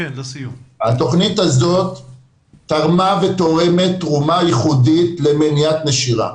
התוכנית הזו תרמה ותורמת תרומה ייחודית למניעת נשירה.